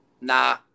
Nah